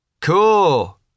Cool